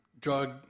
drug